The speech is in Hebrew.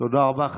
תודה רבה.